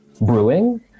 brewing